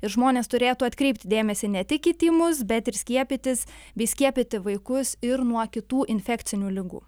ir žmonės turėtų atkreipti dėmesį ne tik į tymus bet ir skiepytis bei skiepyti vaikus ir nuo kitų infekcinių ligų